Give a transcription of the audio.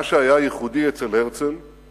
מה שהיה ייחודי אצל הרצל